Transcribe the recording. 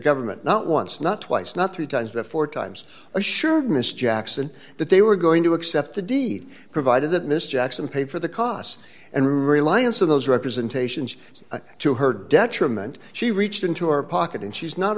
government not once not twice not three times before times assured miss jackson they were going to accept the deed provided that miss jackson paid for the costs and reliance of those representations to her detriment she reached into her pocket and she's not